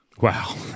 Wow